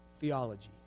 theology